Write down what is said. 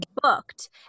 booked